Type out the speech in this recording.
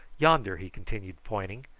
yonder! he continued, pointing.